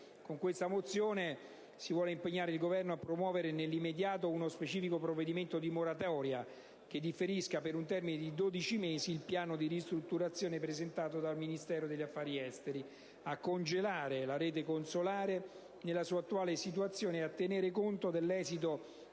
Con questa mozione si vuole impegnare il Governo a promuovere nell'immediato uno specifico provvedimento di "moratoria" che differisca per un termine di 12 mesi il piano di ristrutturazione presentato dal Ministero degli affari esteri, a "congelare" la rete consolare nella sua attuale situazione e a tenere conto dell'esito